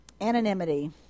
anonymity